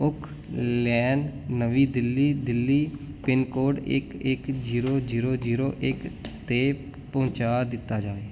okay Lane ਨਵੀਂ Delhi Delhi pin code ਇੱਕ ਇੱਕ ਜੀਰੋ ਜੀਰੋ ਜੀਰੋ ਇੱਕ 'ਤੇ ਪਹੁੰਚਾ ਦਿੱਤਾ ਜਾਵੇ